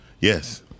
Yes